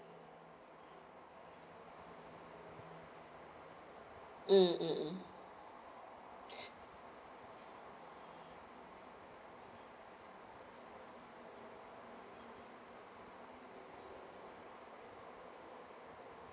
mm mm mm